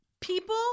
people